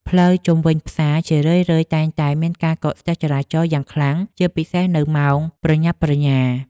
ផ្លូវជុំវិញផ្សារជារឿយៗតែងតែមានការកកស្ទះចរាចរណ៍យ៉ាងខ្លាំង ជាពិសេសនៅម៉ោងប្រញាប់ប្រញាល់។